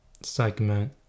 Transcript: segment